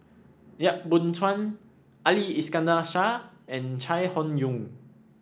Yap Boon Chuan Ali Iskandar Shah and Chai Hon Yoong